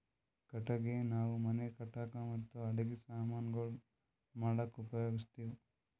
ಕಟ್ಟಗಿ ನಾವ್ ಮನಿ ಕಟ್ಟಕ್ ಮತ್ತ್ ಅಡಗಿ ಸಮಾನ್ ಗೊಳ್ ಮಾಡಕ್ಕ ಉಪಯೋಗಸ್ತಿವ್